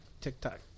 TikTok